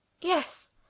Yes